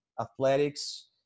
athletics